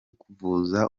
kuvuza